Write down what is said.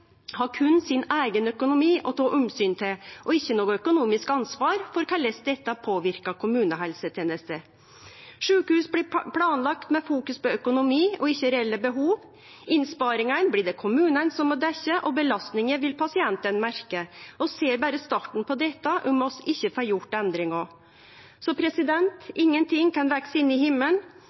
har berre sin eigen økonomi å ta omsyn til og ikkje noko økonomisk ansvar for korleis dette påverkar kommunehelsetenesta. Sjukehus blir planlagde med økonomi i fokus, ikkje reelle behov, innsparingane blir det kommunane som må dekkje, og belastninga vil pasientane merke. Vi ser berre starten på dette om vi ikkje får gjort endringar. Ingenting kan vekse inn i himmelen,